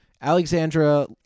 Alexandra